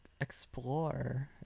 explore